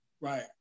Right